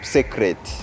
Secret